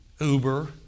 Uber